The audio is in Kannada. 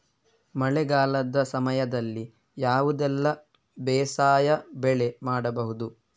ಮಳೆಗಾಲದ ಸಮಯದಲ್ಲಿ ಯಾವುದೆಲ್ಲ ಬೇಸಾಯ ಬೆಳೆ ಮಾಡಬಹುದು?